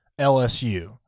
LSU